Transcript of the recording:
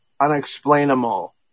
unexplainable